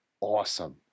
awesome